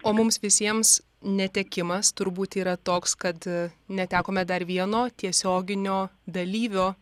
o mums visiems netekimas turbūt yra toks kad netekome dar vieno tiesioginio dalyvio